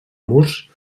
murs